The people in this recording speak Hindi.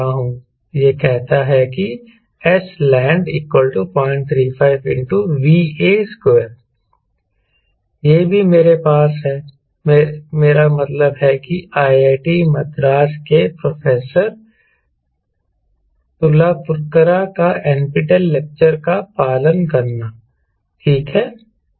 यह कहता है कि sland 035 ∗ VA2 यह भी मेरे पास है मेरा मतलब है कि IIT मद्रास के प्रोफेसर तुलपुरकर का NPTEL लेक्चर का पालन करना ठीक है